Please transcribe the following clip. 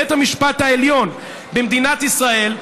בית המשפט העליון במדינת ישראל,